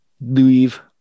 leave